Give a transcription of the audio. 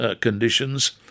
conditions